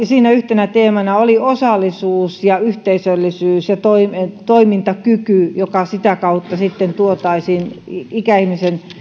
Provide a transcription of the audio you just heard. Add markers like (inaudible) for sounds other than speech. (unintelligible) siinä yhtenä teemana oli osallisuus ja yhteisöllisyys ja toimintakyky ja sitä kautta sitten tuotaisiin ikäihmisen